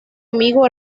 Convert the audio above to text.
amigo